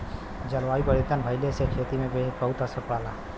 जलवायु परिवर्तन भइले से खेती पे बहुते असर पड़ला